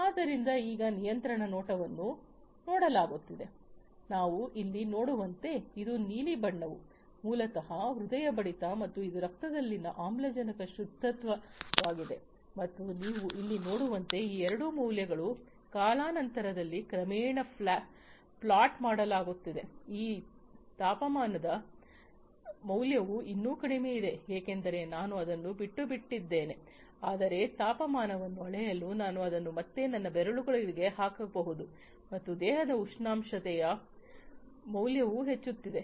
ಆದ್ದರಿಂದ ಈಗ ನಿಯಂತ್ರಣ ನೋಟವನ್ನು ನೋಡಲಾಗುತ್ತಿದೆ ಆದ್ದರಿಂದ ನಾವು ಇಲ್ಲಿ ನೋಡುವಂತೆ ಇದು ನೀಲಿ ಬಣ್ಣವು ಮೂಲತಃ ಹೃದಯ ಬಡಿತ ಮತ್ತು ಇದು ರಕ್ತದಲ್ಲಿನ ಆಮ್ಲಜನಕದ ಶುದ್ಧತ್ವವಾಗಿದೆ ಮತ್ತು ನೀವು ಇಲ್ಲಿ ನೋಡುವಂತೆ ಈ ಎರಡು ಮೌಲ್ಯಗಳು ಕಾಲಾನಂತರದಲ್ಲಿ ಕ್ರಮೇಣ ಪ್ಲಾಟ್ ಮಾಡಲ್ಪಡುತ್ತದೆ ಈ ತಾಪಮಾನದ ಮೌಲ್ಯವು ಇನ್ನೂ ಕಡಿಮೆ ಇದೆ ಏಕೆಂದರೆ ನಾನು ಅದನ್ನು ಬಿಟ್ಟುಬಿಟ್ಟಿದ್ದೇನೆ ಆದರೆ ತಾಪಮಾನವನ್ನು ಅಳೆಯಲು ನಾನು ಅದನ್ನು ಮತ್ತೆ ನನ್ನ ಬೆರಳಿಗೆ ಹಾಕಬಹುದು ಮತ್ತು ದೇಹದ ಉಷ್ಣತೆಯ ಮೌಲ್ಯವು ಹೆಚ್ಚಾಗುತ್ತಿದೆ